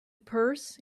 purse